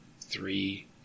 three